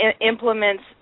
implements